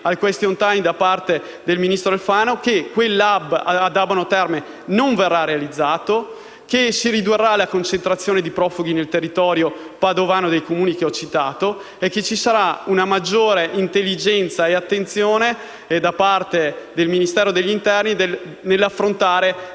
il *question time* alla Camera dal ministro Alfano - a che quell'*hub* ad Abano Terme non verrà utilizzato, che si ridurrà la concentrazione di profughi nel territorio dei Comuni padovani che ho citato e che ci sarà maggiore intelligenza e attenzione da parte del Ministero dell'interno nell'affrontare